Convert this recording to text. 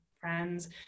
friends